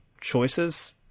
choices